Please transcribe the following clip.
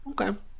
okay